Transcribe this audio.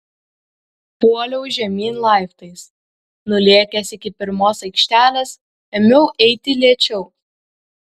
puoliau žemyn laiptais nulėkęs iki pirmos aikštelės ėmiau eiti lėčiau